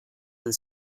and